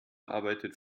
arbeitet